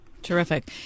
Terrific